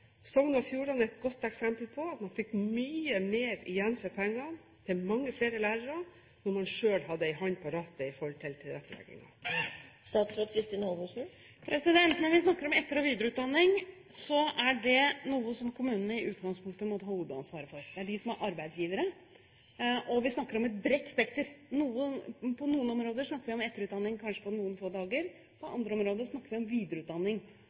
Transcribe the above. Sogn og Fjordane er et godt eksempel på at man fikk mye mer igjen for pengene til mange flere lærere, da man selv hadde en hånd på rattet i forhold til tilretteleggingen. Når vi snakker om etter- og videreutdanning, er det noe som kommunene i utgangspunktet må ta hovedansvaret for. Det er de som er arbeidsgivere. Vi snakker om et bredt spekter. På noen områder snakker vi om etterutdanning kanskje på noen få dager. På andre områder snakker vi om videreutdanning